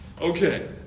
Okay